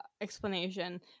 explanation